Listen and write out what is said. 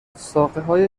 ساقههای